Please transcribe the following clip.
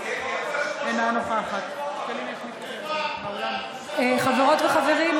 אינה נוכחת חברות וחברים,